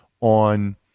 On